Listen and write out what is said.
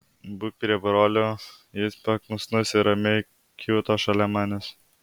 būk prie brolio jis paklusnus ir ramiai kiūto šalia manęs